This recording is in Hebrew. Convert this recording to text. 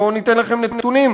בואו אני אתן לכם את הנתונים,